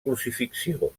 crucifixió